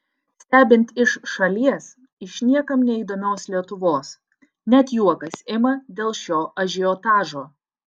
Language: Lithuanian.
stebint iš šalies iš niekam neįdomios lietuvos net juokas ima dėl šio ažiotažo